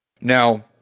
Now